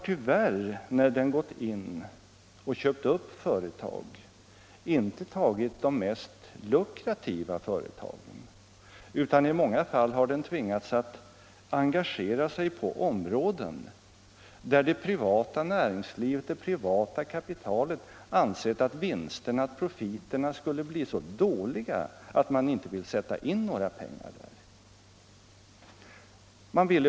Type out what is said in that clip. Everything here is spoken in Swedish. När staten gått in och köpt upp företag har den tyvärr inte tagit de mest lukrativa företagen, utan i många fall har den varit tvungen att engagera sig på områden där det privata näringslivet och det privata kapitalet har ansett att vinsterna, profiterna, skulle bli så dåliga att man inte vill sätta in några pengar i dem.